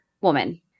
woman